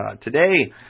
today